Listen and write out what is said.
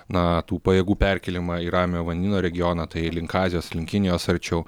na tų pajėgų perkėlimą į ramiojo vandenyno regioną tai link azijos link kinijos arčiau